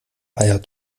eier